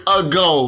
ago